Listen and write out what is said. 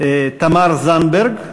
תמר זנדברג,